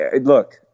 Look